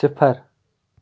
صِفر